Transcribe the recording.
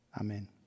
Amen